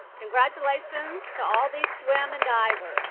congratulations to all these women. divers